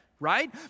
right